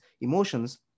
emotions